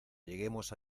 lleguemos